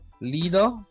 leader